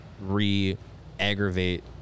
re-aggravate